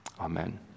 amen